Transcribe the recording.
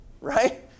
right